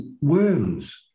worms